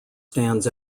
stands